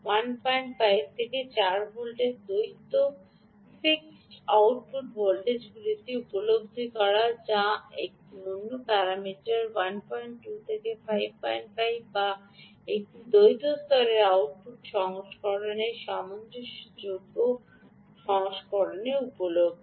15 থেকে 4 ভোল্টের দ্বৈত ফিক্সড আউটপুট ভোল্টেজগুলিতে উপলব্ধ যা অন্য একটি প্যারামিটার 12 থেকে 55 বা একটি দ্বৈত স্তরের আউটপুট সংস্করণে সামঞ্জস্যযোগ্য সংস্করণে উপলব্ধ